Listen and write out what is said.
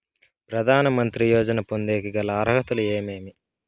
ప్రధాన మంత్రి యోజన పొందేకి గల అర్హతలు ఏమేమి?